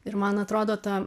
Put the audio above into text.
ir man atrodo ta